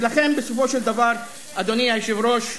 ולכן, בסופו של דבר, אדוני היושב-ראש,